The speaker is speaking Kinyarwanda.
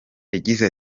yagize